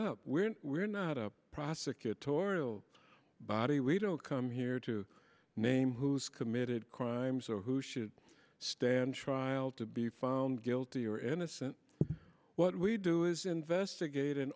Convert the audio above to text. up when we're not a prosecutorial body we don't come here to name who's committed crimes or who should stand trial to be found guilty or innocent what we do is investigat